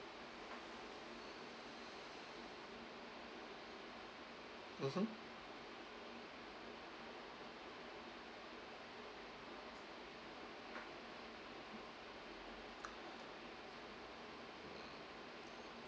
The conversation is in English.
mmhmm